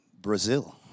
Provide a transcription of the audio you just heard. Brazil